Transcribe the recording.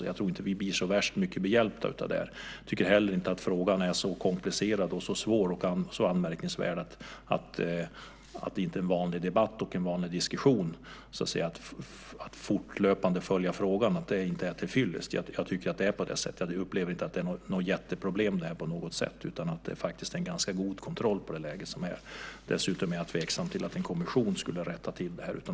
Jag tror inte att vi blir så värst behjälpta av det. Jag tycker heller inte att frågan är så komplicerad, så svår och så anmärkningsvärd att en vanlig debatt och en vanlig diskussion - att så att säga fortlöpande följa frågan - inte skulle vara tillfyllest. Jag upplever inte att det är något jätteproblem på något sätt utan att det faktiskt är ganska god kontroll på läget. Dessutom är jag tveksam till att en kommission skulle rätta till det här.